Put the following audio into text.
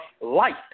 light